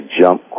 jump